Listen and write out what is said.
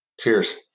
Cheers